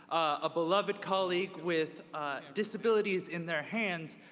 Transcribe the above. a beloved colleague with disabilities in their hands,